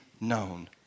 known